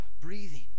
breathing